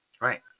Right